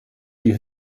die